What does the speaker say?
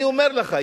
אני אומר לך,